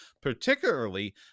particularly